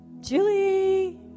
Julie